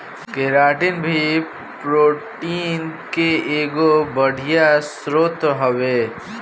keratin भी protein के एगो बढ़िया स्रोत हवे